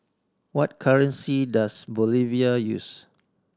what currency does Bolivia use